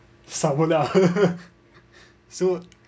sama lah so